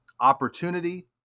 opportunity